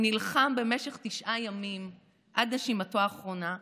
הוא נלחם במשך תשעה ימים עד נשימתו האחרונה.